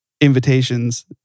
invitations